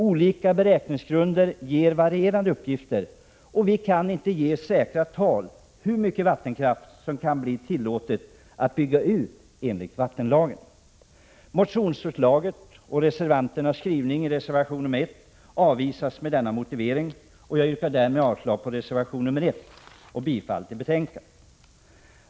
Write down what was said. Olika beräkningsgrunder ger varierande uppgifter, och vi kan inte ge säkra tal på hur mycket vattenkraften kan tillåtas bli utbyggd enligt vattenlagen. Motionsförslaget och reservanternas skrivning i reservation nr 1 avvisas med denna motivering. Jag yrkar därmed avslag på reservation nr 1 och bifall till hemställan i betänkandet.